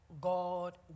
God